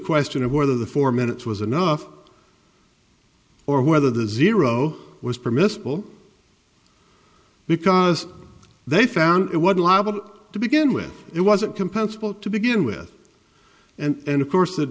question of whether the four minutes was enough or whether the zero was permissible because they found it was libel to begin with it wasn't compensable to begin with and of course the